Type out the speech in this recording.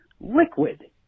Liquid